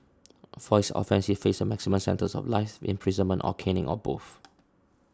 for his offence he faced a maximum sentence of life imprisonment or caning or both